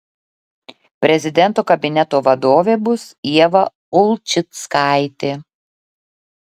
prezidento kabineto vadovė bus ieva ulčickaitė